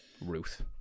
Ruth